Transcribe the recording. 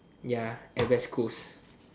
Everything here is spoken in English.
ya at west coast